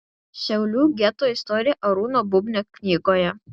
šiaulių geto istorija arūno bubnio knygoje